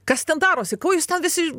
kas ten darosi ko jūs visi